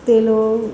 તેનો